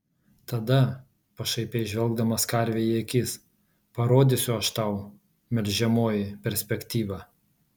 tada pašaipiai žvelgdamas karvei į akis parodysiu aš tau melžiamoji perspektyvą